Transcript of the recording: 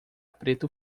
preto